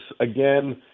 again